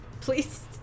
please